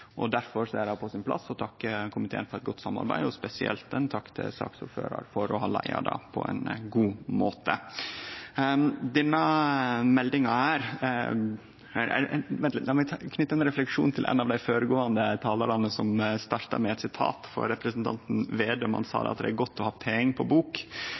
er det på sin plass å takke komiteen for eit godt samarbeid og spesielt takk til saksordføraren for å ha leia det på ein god måte. Denne meldinga her – eller vent litt, la meg knyte ein refleksjon til ein av dei føregåande talarane som starta med eit sitat, for representanten Slagsvold Vedum sa at det er godt å ha «pæeng på bok».